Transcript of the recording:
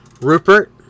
Rupert